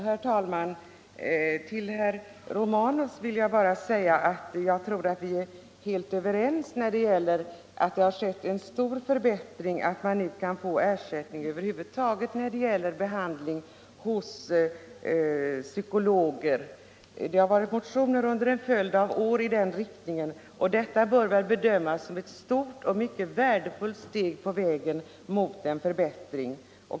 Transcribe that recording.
Herr talman! Till herr Romanus vill jag bara säga att jag tror att vi är helt överens om att det har skett en stor förbättring genom att man nu kan få ersättning för behandling hos psykolog. Det har funnits motioner i den riktningen under en följd av år och det förslag som nu föreligger bör bedömas som ett stort och värdefullt steg på vägen mot en förbättring.